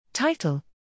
Title